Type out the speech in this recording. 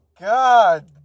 God